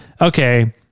okay